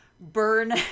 burn